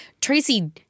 Tracy